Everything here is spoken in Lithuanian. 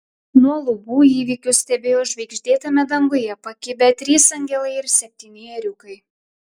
nuo lubų įvykius stebėjo žvaigždėtame danguje pakibę trys angelai ir septyni ėriukai